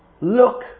look